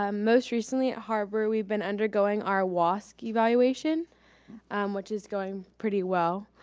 um most recently at harbor, we've been undergoing our wasc evaluation which is going pretty well.